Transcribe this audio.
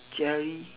jelly